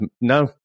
no